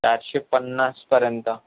सातशे पन्नासपर्यंत